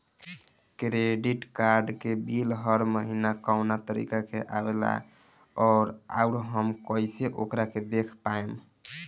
Credit card के bill हर महीना कौना तारीक के आवेला और आउर हम कइसे ओकरा के देख पाएम?